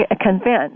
convinced